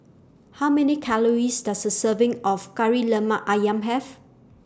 How Many Calories Does A Serving of Kari Lemak Ayam Have